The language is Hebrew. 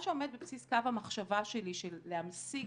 מה שעומד בבסיס קו המחשבה שלי של להמשיג